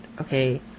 okay